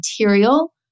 material